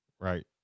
right